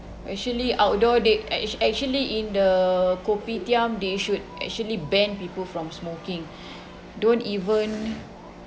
actually outdoor they actu~ actually in the kopitiam they should actually ban people from smoking don't even